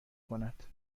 کند